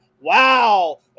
Wow